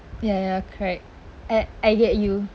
ya ya correct I I get you